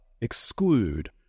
exclude